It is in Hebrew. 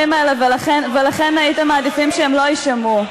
האלה ולכן הייתם מעדיפים שהם לא יישמעו.